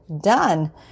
done